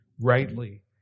rightly